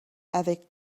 avec